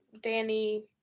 Danny